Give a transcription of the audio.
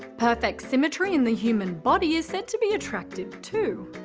perfect symmetry in the human body is said to be attractive too.